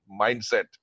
mindset